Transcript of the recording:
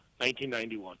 1991